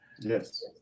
Yes